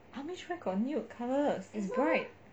amish where got nude colours it's bright